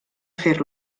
fer